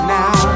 now